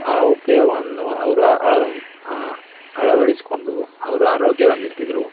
ಆ ಉಪಯೋಗವನ್ನು ಅವರು ಅಳವಡಿಸಿಕೊಂಡು ಅವ್ರು ಆರೋಗ್ಯವಾಗಿರ್ತಿದ್ದರು